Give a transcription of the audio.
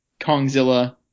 Kongzilla